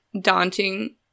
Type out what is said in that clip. daunting